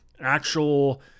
actual